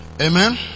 Amen